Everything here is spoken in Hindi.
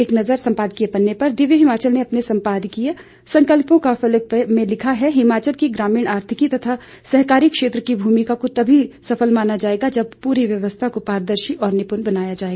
एक नजर संपादकीय पर दिव्य हिमाचल ने अपने संपादकीय संकल्पों के फलक पर में लिखा है हिमाचल की ग्रामीण आर्थिकी तथा सहकारी क्षेत्र की भूमिका को तभी सफल माना जाएगा जब पूरी व्यवस्था को पारदर्शी और निपुण बनाया जाए